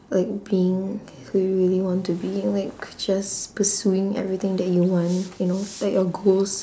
like being who you really want to be like just pursuing everything that you want you know like your goals